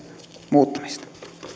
muuttamista